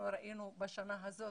ראינו בשנה הזאת